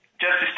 Justice